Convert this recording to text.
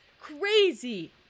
crazy